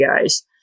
guys